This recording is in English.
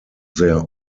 their